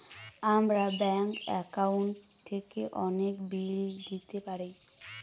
আমরা bank account থেকে অনেক বিল দিতে পারি